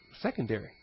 secondary